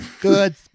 Good